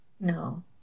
No